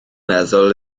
meddwl